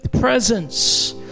presence